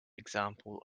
example